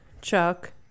Chuck